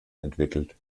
entwickelt